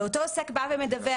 ואותו עוסק בא ומדווח,